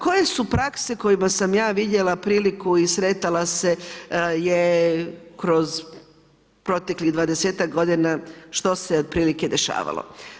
Koje su prakse kojima sam ja vidjela priliku i sretala se, je kroz proteklih 20-tak g. što se otprilike dešavalo.